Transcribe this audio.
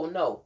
no